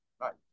Right